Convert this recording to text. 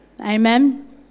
amen